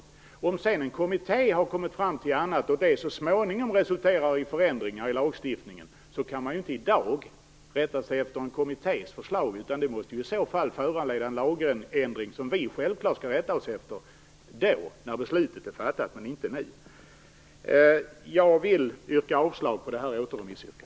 Att sedan en kommitté har kommit fram till någonting annat och det så småningom resulterar i förändringar i lagstiftningen gör inte att man i dag måste rätta sig efter kommitténs förslag. Det måste i så fall föranleda en lagändring som vi självklart skall rätta oss efter - då, när beslutet är fattat, men inte nu. Jag vill yrka avslag på återremissyrkandet.